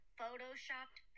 photoshopped